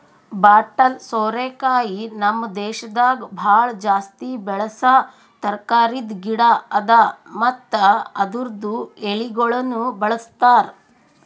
bottle ಸೋರೆಕಾಯಿ ನಮ್ ದೇಶದಾಗ್ ಭಾಳ ಜಾಸ್ತಿ ಬೆಳಸಾ ತರಕಾರಿದ್ ಗಿಡ ಅದಾ ಮತ್ತ ಅದುರ್ದು ಎಳಿಗೊಳನು ಬಳ್ಸತಾರ್